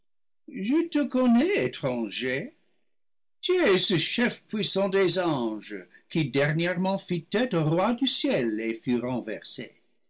je te connais étranger tu es ce chef puissant des anges qui dernièrement fit tête au roi du ciel et